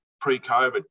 pre-COVID